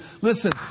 Listen